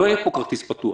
לא יהיה פה כרטיס פתוח.